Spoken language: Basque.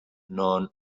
non